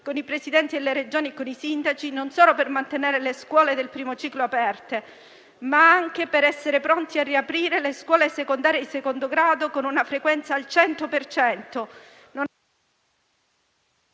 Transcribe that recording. con i Presidenti delle Regioni e con i sindaci, non solo per mantenere le scuole del primo ciclo aperte, ma anche per essere pronti a riaprire quelle secondarie di secondo grado con una frequenza al 100